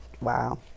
Wow